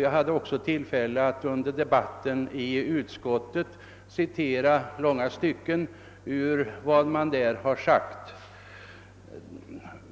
Jag hade tillfälle att under debatten i utskottet citera långa stycken ur denna skrift.